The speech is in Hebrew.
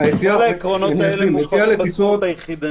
כל העקרונות האלה מופרים בזכות היחידנית.